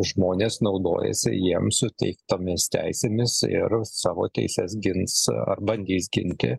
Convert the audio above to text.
žmonės naudojasi jiem suteiktomis teisėmis ir savo teises gins ar bandys ginti